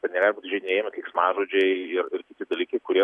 ir negali būt įžeidinėjimai keiksmažodžiai ir ir kiti dalykai kurie